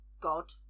god